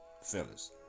Fellas